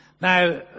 Now